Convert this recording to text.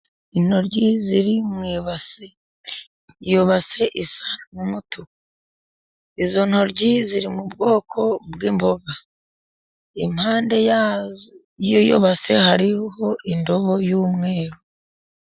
Intoryi ziri mu ibase. Iyo base isa n'mutuku， izo ntoryi ziri mu bwoko bw'imboga， impande y'izo base hariho indobo y'umweru.